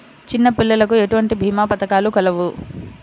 చిన్నపిల్లలకు ఎటువంటి భీమా పథకాలు కలవు?